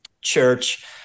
church